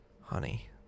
honey